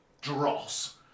dross